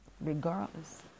regardless